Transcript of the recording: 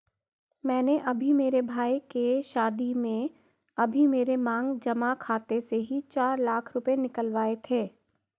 मैंने अभी मेरे भाई के शादी में अभी मेरे मांग जमा खाते से ही चार लाख रुपए निकलवाए थे